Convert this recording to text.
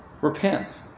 Repent